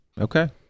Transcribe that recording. Okay